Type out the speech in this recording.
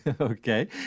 okay